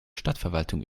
stadtverwaltung